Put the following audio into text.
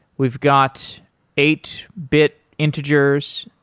we've got eight bit integers,